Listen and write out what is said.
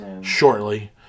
shortly